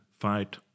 Fight